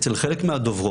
אצל חלק מהדוברות,